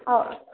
ಹಾಂ